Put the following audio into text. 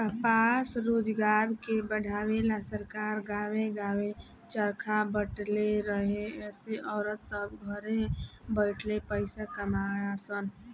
कपास रोजगार के बढ़ावे ला सरकार गांवे गांवे चरखा बटले रहे एसे औरत सभ घरे बैठले पईसा कमा सन